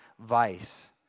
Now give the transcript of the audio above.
vice